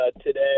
today